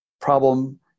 problem